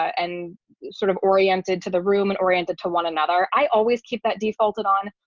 and sort of oriented to the room and oriented to one another. i always keep that defaulted on,